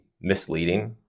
misleading